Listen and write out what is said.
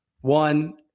one